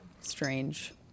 strange